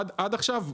עד עכשיו,